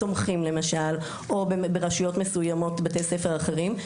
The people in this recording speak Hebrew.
שצומחים למשל או ברשויות מסוימות בתי ספר אחרים,